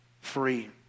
free